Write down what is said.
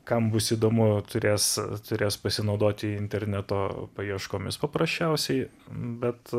kam bus įdomu turės turės pasinaudoti interneto paieškomis paprasčiausiai bet